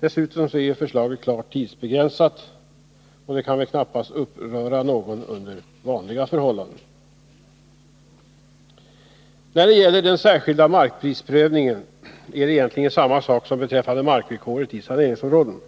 Dessutom är ju den föreslagna ordningen klart tidsbegränsad. Det kan väl knappast uppröra någon under vanliga förhållanden. När det gäller den särskilda markprisprövningen är det egentligen samma sak som beträffande markvillkoret i saneringsområden.